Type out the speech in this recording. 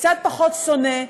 קצת פחות שונא,